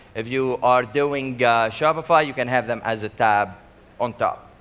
if you are doing shopify, you can have them as a tab on top.